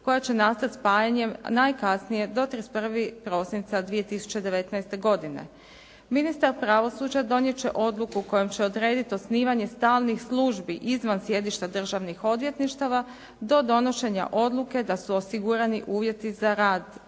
koja će nastati spajanjem najkasnije do 31. prosinca 2019. godine. Ministar pravosuđa donijeti će odluku kojom će odrediti osnivanje stalnih službi izvan sjedišta državnih odvjetništava do donošenja odluke da su osigurani uvjeti za rad